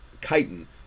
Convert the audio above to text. chitin